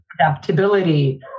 adaptability